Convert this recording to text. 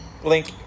Link